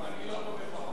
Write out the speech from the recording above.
לא, אני לא תומך בחוק הזה.